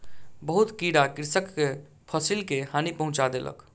बहुत कीड़ा कृषकक फसिल के हानि पहुँचा देलक